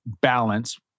balance